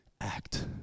act